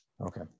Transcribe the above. Okay